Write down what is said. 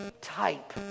type